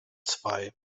zwei